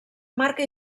marca